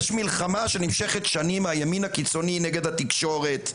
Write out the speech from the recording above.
יש מלחמה שנמשכת שנים מהימין הקיצוני נגד התקשורת,